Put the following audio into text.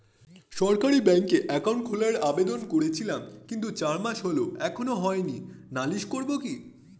সরকারি ব্যাংকে একাউন্ট খোলার আবেদন করেছিলাম কিন্তু চার মাস হল এখনো হয়নি নালিশ করব কি?